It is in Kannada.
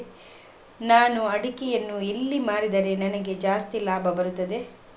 ನಾನು ಅಡಿಕೆಯನ್ನು ಎಲ್ಲಿ ಮಾರಿದರೆ ನನಗೆ ಜಾಸ್ತಿ ಲಾಭ ಬರುತ್ತದೆ?